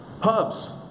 Pubs